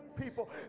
people